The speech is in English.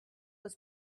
was